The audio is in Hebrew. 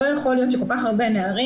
לא יכול להיות שכל כך הרבה נערים,